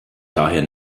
daher